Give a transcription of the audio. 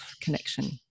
connection